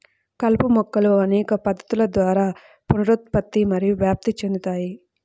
కలుపు మొక్కలు అనేక పద్ధతుల ద్వారా పునరుత్పత్తి మరియు వ్యాప్తి చెందుతాయి